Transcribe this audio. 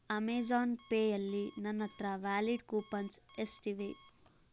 Amazon ಪೇಯಲ್ಲಿ ನನ್ನ ಹತ್ರ ವ್ಯಾಲಿಡ್ ಕೂಪನ್ಸ್ ಎಷ್ಟಿವೆ